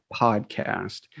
podcast